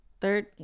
Third